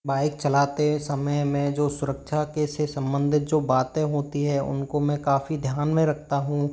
bike चलाते समय मैं जो सुरक्षा के से सम्बंधित जो बातें होती हैं उनको मैं काफ़ी ध्यान में रखता हूँ